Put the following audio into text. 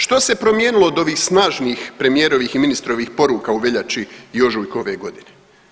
Što se promijenilo od ovih snažnih premijerovih i ministrovih poruka u veljači i ožujku ove godine?